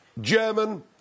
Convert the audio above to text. German